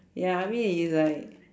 ya I mean i~ is like